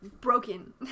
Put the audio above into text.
broken